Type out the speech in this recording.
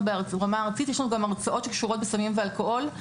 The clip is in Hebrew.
ויש לנו גם הרצאות שקשורות בסמים ואלכוהול.